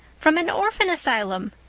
from an orphan asylum!